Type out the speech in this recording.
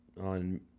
on